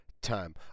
time